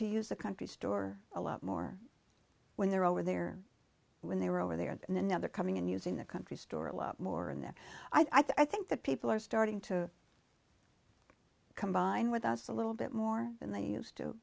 to use the country store a lot more when they're over there when they were over there and now they're coming and using the country store a lot more and i think that people are starting to combine with us a little bit more than they used to